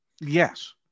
Yes